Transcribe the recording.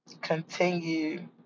continue